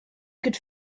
could